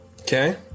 okay